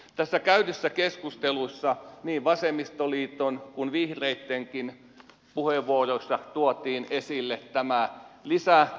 tässä käydyssä keskustelussa niin vasemmistoliiton kuin vihreittenkin puheenvuoroissa tuotiin esille tämä lisäelvytyksen tarve